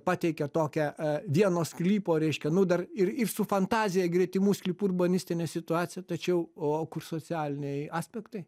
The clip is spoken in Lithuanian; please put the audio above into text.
pateikia tokią vieno sklypo reiškia nu dar ir ir su fantazija gretimų sklypų urbanistine situacija tačiau o kur socialiniai aspektai